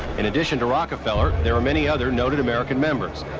in addition to rockefeller, there are many other noted american members,